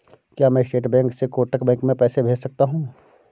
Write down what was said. क्या मैं state bank से कोटक बैंक में पैसे भेज सकता हूँ?